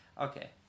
Okay